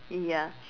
ya